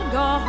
go